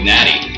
Natty